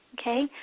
okay